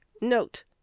Note